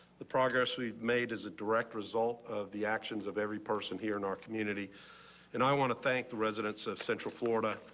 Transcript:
the progress we've made as a direct result of the actions of every person here in our community and i want to thank the residents of central florida.